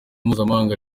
mpuzamahanga